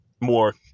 more